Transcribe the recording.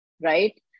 right